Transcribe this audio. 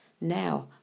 Now